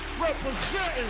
representing